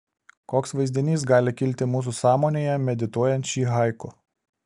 koks vaizdinys gali kilti mūsų sąmonėje medituojant šį haiku